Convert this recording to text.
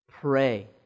Pray